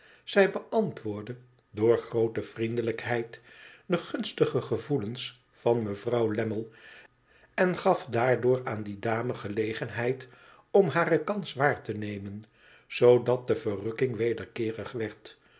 zij beantwoordde door groote vriendelijkheid de gunstige gevoelens van mevrouw lammie en gaf daardoor aan die dame gelegenheid om hare kans waarte nemen zoodat de verrukkmg wederkeerig werd